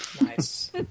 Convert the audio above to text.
Nice